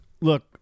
look